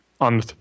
on